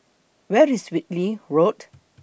Where IS Whitley Road